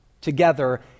together